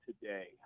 today